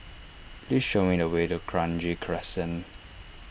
please show me the way to Kranji Crescent